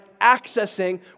accessing